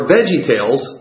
VeggieTales